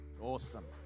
Awesome